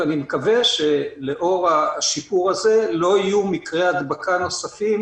ואני מקווה שלאור השיפור הזה לא יהיו מקרי הדבקה נוספים